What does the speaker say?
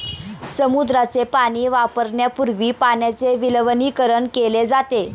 समुद्राचे पाणी वापरण्यापूर्वी पाण्याचे विलवणीकरण केले जाते